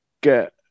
get